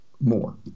more